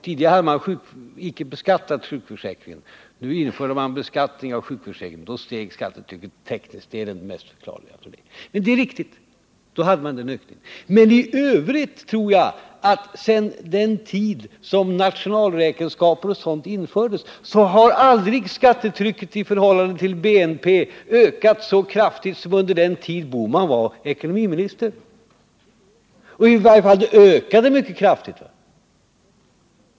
Tidigare var sjukpenningen icke beskattningsbar, men det blev den nu och därigenom steg skattetrycket rent tekniskt. Men i övrigt tror jag att sedan den tid då nationalräkenskaper och sådant infördes har aldrig skattetrycket i förhållande till BNP ökat så kraftigt som under den tid Gösta Bohman var ekonomiminister. Det ökade i varje fall mycket kraftigt.